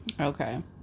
Okay